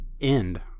end